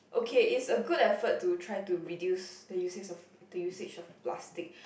okay is a good effort to try to reduce the uses of the usage of plastic